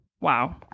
Wow